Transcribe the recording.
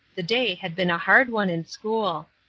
the day had been a hard one in school.